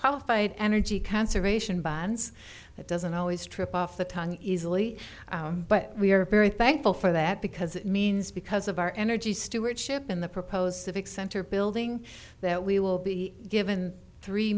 qualified energy conservation bonds that doesn't always trip off the tongue easily but we are very thankful for that because it means because of our energy stewardship and the proposed civic center building that we will be given three